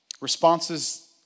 Responses